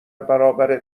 برابر